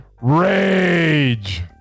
Rage